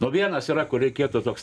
nuo vienas yra kur reikėtų toks